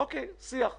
אוקיי, שיח.